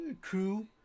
crew